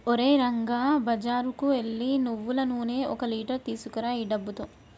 ఓరే రంగా బజారుకు ఎల్లి నువ్వులు నూనె ఒక లీటర్ తీసుకురా ఈ డబ్బుతో